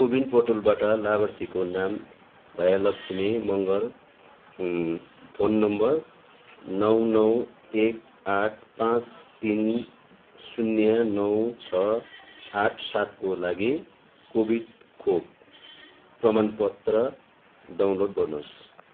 कोविन पोर्टलबाट लाभार्थीको नाम भयलक्ष्मी मगर फोन नम्बर नौ नौ एक आठ पाँच तिन शून्य नौ छ आठ सातको लागि कोविड खोप प्रमाणपत्र डाउनलोड गर्नुहोस्